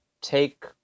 take